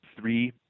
three